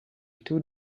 two